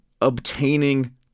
obtaining